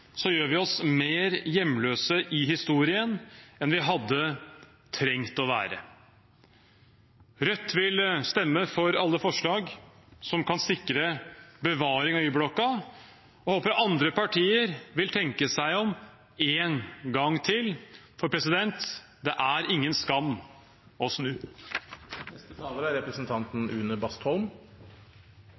gjør vi oss mer hjemløse i historien enn vi hadde trengt å være. Rødt vil stemme for alle forslag som kan sikre bevaring av Y-blokka, og håper andre partier vil tenke seg om en gang til, for det er ingen skam å snu. Oslo er Norges politiske sentrum, men det er